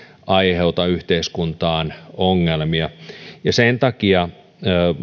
aiheuta yhteiskuntaan ongelmia ja sen takia